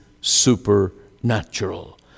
supernatural